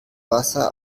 wasser